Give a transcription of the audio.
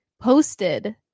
posted